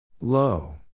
Low